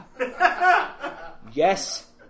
yes